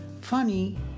Funny